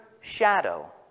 shadow